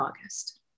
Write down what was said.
August